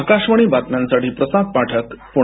आकाशवाणी बातम्यांसाठी प्रसाद पाठक पूणे